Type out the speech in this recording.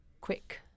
quick